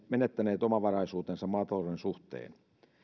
menettäneet omavaraisuutensa maatalouden suhteen